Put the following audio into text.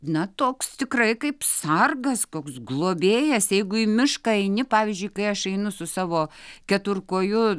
na toks tikrai kaip sargas koks globėjas jeigu į mišką eini pavyzdžiui kai aš einu su savo keturkoju